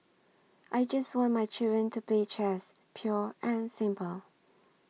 I just want my children to play chess pure and simple